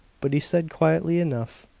but he said quietly enough,